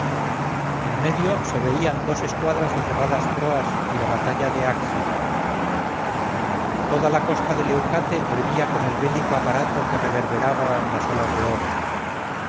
en medio se veían dos escuadras de ferradas proas y la batalla de accio toda la costa de leucate hervía con el bélico aparato que reverberaba en las olas de oro